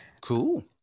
Cool